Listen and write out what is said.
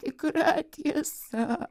tikra tiesa